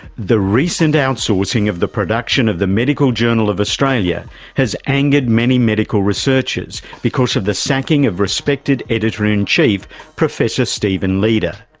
the recent outsourcing of the production of the medical journal of australia has angered many medical researchers because of the sacking of respected editor in chief, professor stephen leeder.